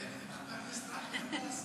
חבר הכנסת אייכלר.